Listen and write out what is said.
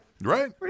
Right